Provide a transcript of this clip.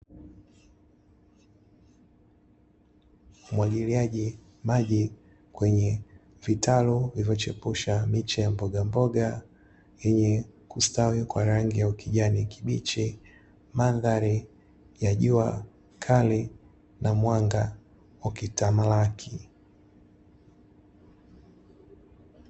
Umwagiliaji maji kwenye vitalu, vilivyochepusha miche ya mboga mboga yenye kustawi kwa rangi ya ukijani kibichi, mandhari ya jua kali na mwanga ukitamalaki.